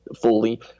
fully